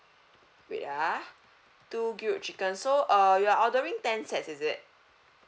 wait ah two grilled chicken so uh you are ordering ten sets is it